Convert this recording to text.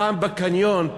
פעם בקניון,